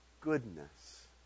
goodness